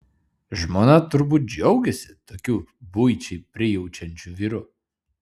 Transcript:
žmona turbūt džiaugiasi tokiu buičiai prijaučiančiu vyru